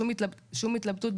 שום התלבטות,